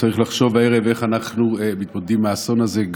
צריך לחשוב הערב איך אנחנו מתמודדים עם האסון הזה,